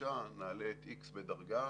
הפרישה נעלה את איקס בדרגה